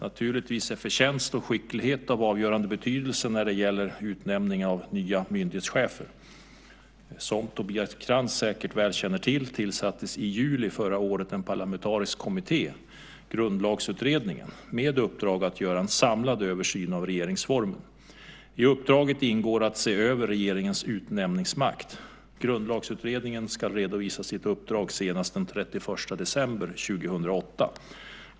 Naturligtvis är förtjänst och skicklighet av avgörande betydelse när det gäller utnämning av nya myndighetschefer. Som Tobias Krantz säkert väl känner till tillsattes i juli förra året en parlamentarisk kommitté, Grundlagsutredningen, med uppdrag att göra en samlad översyn av regeringsformen. I uppdraget ingår att se över regeringens utnämningsmakt. Grundlagsutredningen ska redovisa sitt uppdrag senast den 31 december 2008.